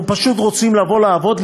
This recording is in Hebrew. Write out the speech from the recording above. אנחנו פשוט רוצים לבוא לעבוד,